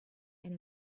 and